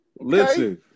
Listen